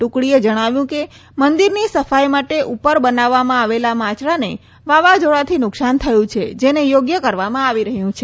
ટુકડીએ જણાવ્યું કે મંદિરની સફાઈ માટે ઉપર બનાવવામાં આવેલા માચડાને વાવાઝોડાથી નુકસાન થયું છે જેને યોગ્ય કરવામાં આવી રહ્યું છે